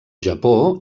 japó